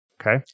Okay